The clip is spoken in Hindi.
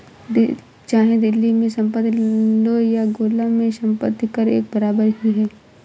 चाहे दिल्ली में संपत्ति लो या गोला में संपत्ति कर एक बराबर ही है